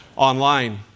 Online